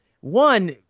one